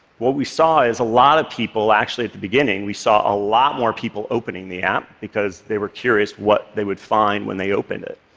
what we saw is a lot of people actually, at the beginning, we saw a lot more people opening the app because they were curious what they would find when they opened it.